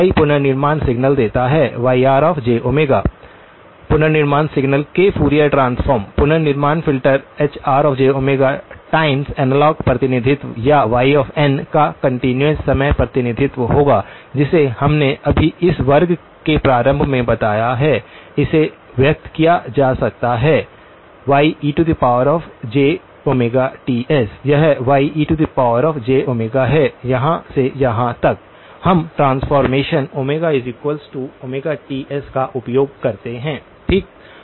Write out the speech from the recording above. Yr पुनर्निर्माण signal के Fourier transform पुनर्निर्माण फ़िल्टर Hr टाइम्स एनालॉग प्रतिनिधित्व या y n का कंटीन्यूअस समय प्रतिनिधित्व होगा जिसे हमने अभी इस वर्ग के प्रारंभ में बताया है इसे व्यक्त किया जा सकता है YejTs यह Yejω है यहां से यहां तक हम ट्रांसफॉर्मेशन ωTs का उपयोग करते हैं ठीक